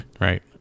right